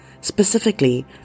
specifically